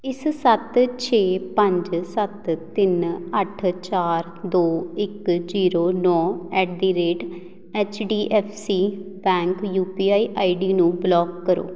ਇਸ ਸੱਤ ਛੇ ਪੰਜ ਸੱਤ ਤਿੰਨ ਅੱਠ ਚਾਰ ਦੋ ਇੱਕ ਜ਼ੀਰੋ ਨੌ ਐਟ ਦੀ rate H D F C bank U P I I D ਨੂੰ ਬਲੋਕ ਕਰੋ